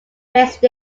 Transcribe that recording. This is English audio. based